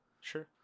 Sure